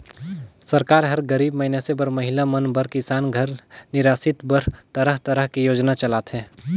सरकार हर गरीब मइनसे बर, महिला मन बर, किसान घर निरासित बर तरह तरह के योजना चलाथे